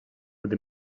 with